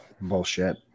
bullshit